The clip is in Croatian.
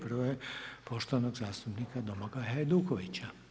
Prva je poštovanog zastupnika Domagoja Hajdukovića.